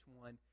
one